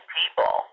people